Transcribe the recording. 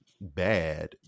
bad